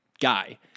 guy